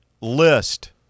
list